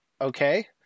okay